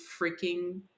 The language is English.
freaking